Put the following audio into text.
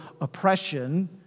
oppression